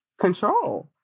control